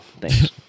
Thanks